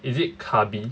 is it carby